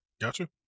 Gotcha